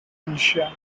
militia